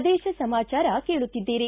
ಪ್ರದೇಶ ಸಮಾಚಾರ ಕೇಳುತ್ತಿದ್ದೀರಿ